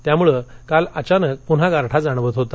त्यामुळं काल अचानक पुन्हा गारठा जाणवत होता